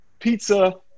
Pizza